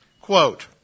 Quote